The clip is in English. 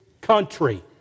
country